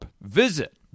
Visit